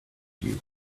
you